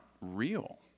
real